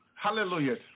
Hallelujah